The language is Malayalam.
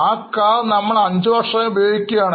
ആ കാർ നമ്മൾ അഞ്ചു വർഷമായി ഉപയോഗിക്കുകയാണ്